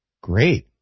Great